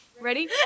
Ready